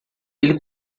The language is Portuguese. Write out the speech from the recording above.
ele